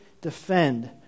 defend